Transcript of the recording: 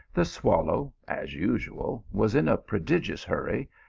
the swallow as usual was in a prodigious hurry,